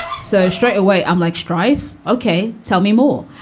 so straight away i'm like stryfe. ok, tell me more.